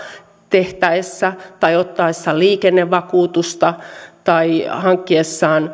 tehtäessä tai ottaessa liikennevakuutusta tai hankkiessa